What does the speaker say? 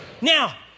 Now